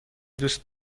دوست